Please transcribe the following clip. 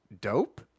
dope